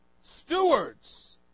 stewards